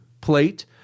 plate